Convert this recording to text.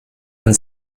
and